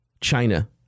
China